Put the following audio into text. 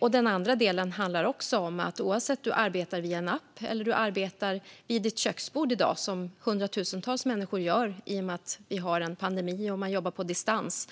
och om att det inte får råda några oklarheter om vem som har arbetsmiljöansvaret oavsett om du arbetar via en app eller vid ditt köksbord, som hundratusentals människor gör i och med att det pågår en pandemi och man jobbar på distans.